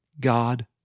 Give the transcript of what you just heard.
God